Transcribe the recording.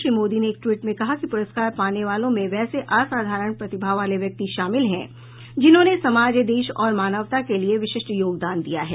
श्री मोदी ने एक ट्वीट में कहा कि प्रस्कार पाने वालों में वैसे असाधारण प्रतिभा वाले व्यक्ति शामिल हैं जिन्होंने समाज देश और मानवता के लिए विशिष्ट योगदान दिया है